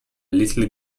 little